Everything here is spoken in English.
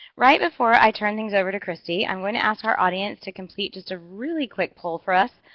right before i turn things over to kristie, i am going to ask our audience to complete just a really quick pull for us.